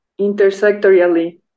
intersectorially